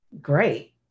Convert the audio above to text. great